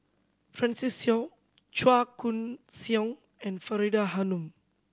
Francis Seow Chua Koon Siong and Faridah Hanum